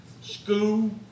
School